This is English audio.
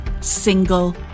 single